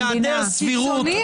מי ישמור על השומרים?